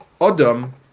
Adam